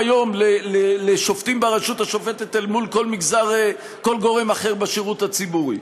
היום לשופטים ברשות השופטת לעומת כל גורם אחר בשירות הציבורי.